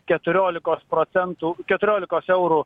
keturiolikos procentų keturiolikos eurų